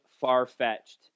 far-fetched